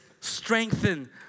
strengthen